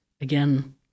again